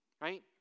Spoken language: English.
Right